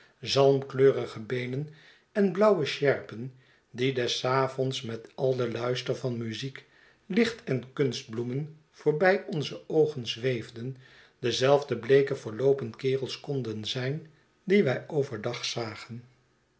zalmkleurige beenen en blauwe sjerpen die des avonds met al den luister van muziek lichten kunstbloemen voorbij onze oogen zweefd en dezelfde bleeke verloopen kerels konden zijn die wij over dag zagen